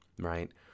right